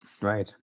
Right